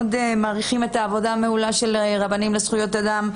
מעריכים את העבודה המעולה של רבנים לזכויות אדם,